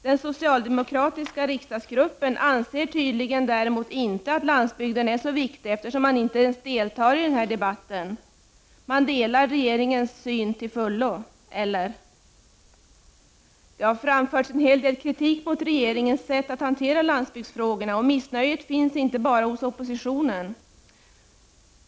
Den socialdemokratiska riksdagsgruppen däremot anser tydligen inte att landsbygden är så viktig, eftersom man inte ens deltar i den här debatten. Man delar regeringens syn till fullo — eller hur är det? Det har framförts en hel del kritik mot regeringens sätt att hantera landsbygdsfrågorna, och missnöjet finns inte bara hos oppositionen.